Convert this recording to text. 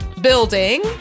building